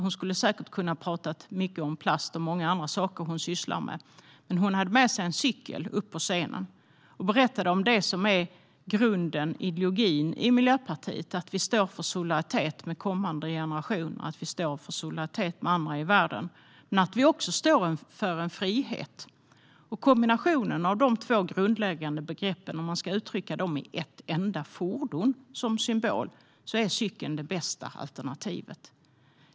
Hon hade säkert kunnat tala om plast och andra frågor hon sysslar med, men hon hade med sig en cykel upp på scenen. Hon berättade om det som är grunden, ideologin, i Miljöpartiet, nämligen att vi står för solidaritet med kommande generationer och andra i världen. Miljöpartiet står också för frihet. Kombinationen av de två grundläggande begreppen, symboliserat av ett enda fordon, ger cykeln som det bästa alternativet.